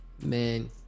Man